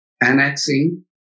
annexing